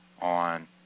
on